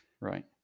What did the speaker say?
Right